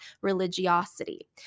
religiosity